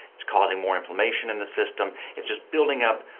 it's causing more inflammation in the system, it's just building up.